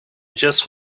just